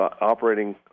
operating